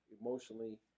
emotionally